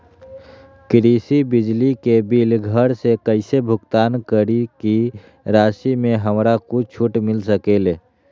कृषि बिजली के बिल घर से कईसे भुगतान करी की राशि मे हमरा कुछ छूट मिल सकेले?